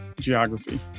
geography